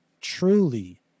truly